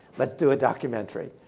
let's do a documentary.